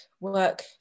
work